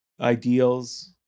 ideals